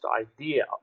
idea